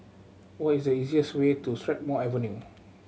what is the easiest way to Strathmore Avenue